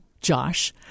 Josh